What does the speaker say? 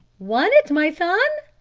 won it, my son?